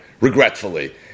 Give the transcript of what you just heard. regretfully